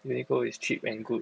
Uniqlo is cheap and good